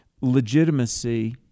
legitimacy